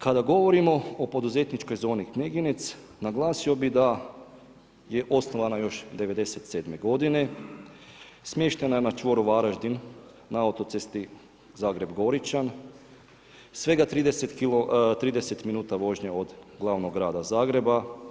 Kada govorimo o poduzetničkoj zoni Kneginec naglasio bih da je osnovana još '97. godine, smještena je na čvoru Varaždin na autocesti Zagreb Goričan svega 30 minuta vožnje od glavnog grada Zagreba.